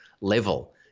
level